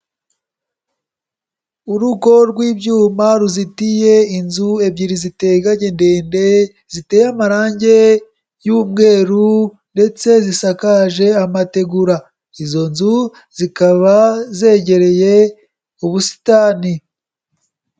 Urugo rw'ibyuma, ruzitiye, inzu ebyiri ziteganye, ndende, ziteye amarange y'umweru ndetse zisakaje amategura, izo nzu zikaba zegereye ubusitani.